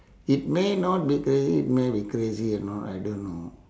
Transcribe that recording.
it may not be crazy it may be crazy or not I don't know